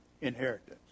inheritance